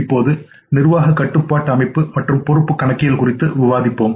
இப்போது நிர்வாக கட்டுப்பாட்டு அமைப்பு மற்றும் பொறுப்பு கணக்கியல் குறித்து விவாதிப்போம்